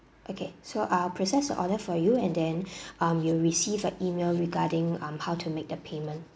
okay so I'll process the order for you and then um you'll receive a email regarding um how to make the payment